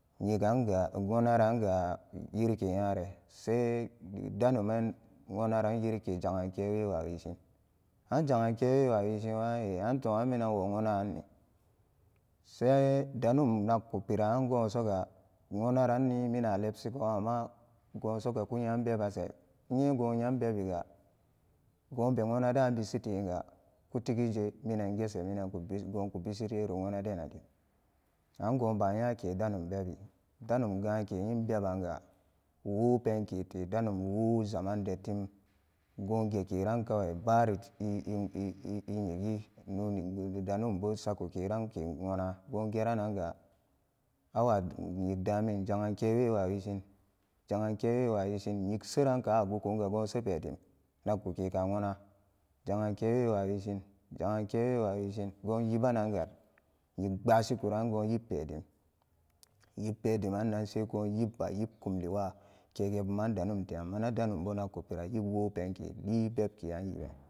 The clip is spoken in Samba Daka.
Nyik anga wonaranga yirike nyare ja'an ke we wawishin an ja'an ke we wawishinwa an e an to an minan wo nwoonatanni sai danum nakku pira an goon soga nwona ranni mina lebsikun amma goon sogaku nyam bebanse goon nyam bebiga goon ge nwona daan bisiteniga kutigije minan geshe goon ku bishi tero nwonna den na dim an goon ba nyake donum bebi na dim an goon ba nyake danum bebi danum woo zamande tim goon gekeran ga bari i'i'i inyigi danum bo saku keran ke nwona goon gerananga a wa nyik damin ja'an ke we wa wi shin ja'an ke we wawishin nyik seran kaan a gukun ga goon se pedim nak ku ke ka nwoona ja'an ke we wa wishin ja'an ke we wa wishin nyik pbashikuran goon yip pe dim nik pedimannan segoon yib bayie kumli wa kege buman danum tean menan danum bo nnakku pira yippenke lii be ke anniga.